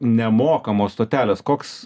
nemokamos stotelės koks